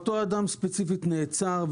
אותו אדם ספציפית נעצר,